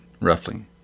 roughly